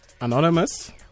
Anonymous